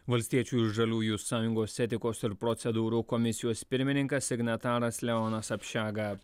valstiečių ir žaliųjų sąjungos etikos ir procedūrų komisijos pirmininkas signataras leonas apšega